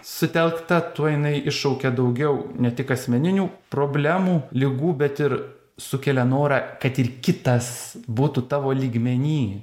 sutelkta tuo jinai iššaukia daugiau ne tik asmeninių problemų ligų bet ir sukelia norą kad ir kitas būtų tavo lygmeny